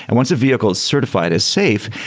and once a vehicle is certified as safe,